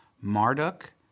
Marduk